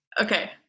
okay